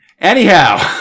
Anyhow